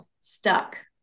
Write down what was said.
stuck